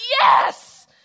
Yes